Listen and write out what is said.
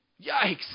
yikes